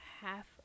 half